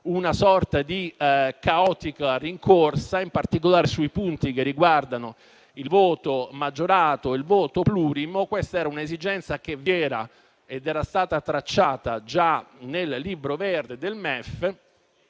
una sorta di caotica rincorsa, in particolare sui punti che riguardano il voto maggiorato e plurimo. Era un'esigenza che vi era ed era stata tracciata già nel Libro verde del MEF,